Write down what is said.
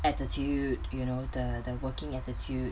attitude you know the the working attitude